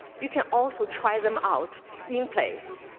you can also try them out in place.